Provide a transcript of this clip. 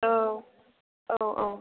औ औ औ